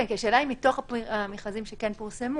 כן, כי השאלה היא לגבי המכרזים שכן פורסמו.